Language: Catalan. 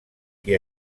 qui